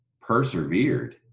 persevered